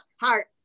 heart